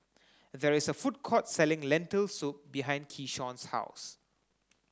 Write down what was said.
there is a food court selling Lentil soup behind Keyshawn's house